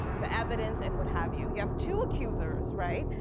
the evidence and what have you. you have two accusers, right?